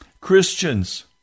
Christians